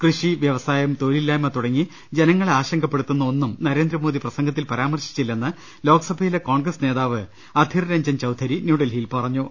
കൃഷി വ്യവ സായം തൊഴിലില്ലായ്മ തുടങ്ങി ജനങ്ങളെ ആശങ്കപ്പെടു ത്തുന്ന ഒന്നും നരേന്ദ്രമോദി പ്രസംഗത്തിൽ പരാമർശിച്ചി ല്ലെന്ന് ലോക്സഭയിലെ കോൺഗ്രസ് നേതാവ് അധിർ ര ഞ്ജൻ ചൌധരി ന്യൂഡൽഹിയിൽ പറഞ്ഞു